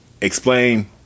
Explain